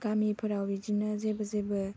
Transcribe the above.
गामिफोराव बिदिनो जेबो जेबो